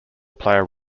player